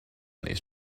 these